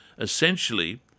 Essentially